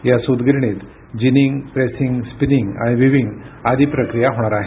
या सुतगिरणीत ginning pressing spinning आणि व्हिवींग आदी प्रक्रिया होणार आहेत